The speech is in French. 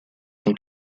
son